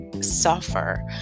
suffer